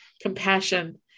compassion